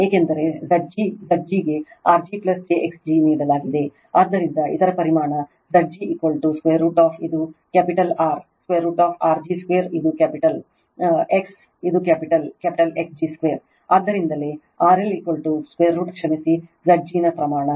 ಏಕೆಂದರೆ Zg Zg ಗೆ r g j x g ನೀಡಲಾಗಿದೆ ಆದ್ದರಿಂದ ಅದರ ಪರಿಮಾಣ Zg √ ಇದು ಕ್ಯಾಪಿಟಲ್ R √R g 2 ಅದು ಕ್ಯಾಪಿಟಲ್ X ಇದು ಕ್ಯಾಪಿಟಲ್ X ಕ್ಯಾಪಿಟಲ್ X g 2 ಆದ್ದರಿಂದಲೇ RL√ ಕ್ಷಮಿಸಿ Zg ನ ಪ್ರಮಾಣ